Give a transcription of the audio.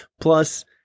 Plus